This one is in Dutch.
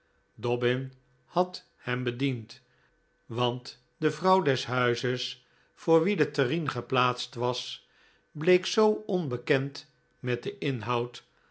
dobbin had hem bediend want de vrouw des huizes voor wie de terrien geplaatst was bleek zoo onbekend met den inhoud